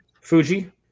Fuji